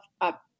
up